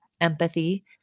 empathy